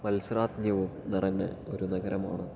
മത്സരാജ്ഞവും നിറഞ്ഞ ഒരു നഗരമാണ്